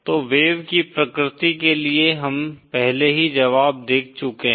तो वेव की प्रकृति के लिए हम पहले ही जवाब देख चुके हैं